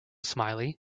smiley